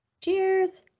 Cheers